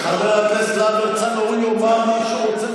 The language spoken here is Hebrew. חבר הכנסת להב הרצנו, הוא יאמר מה שהוא רוצה.